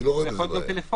זה יכול להיות גם טלפוני.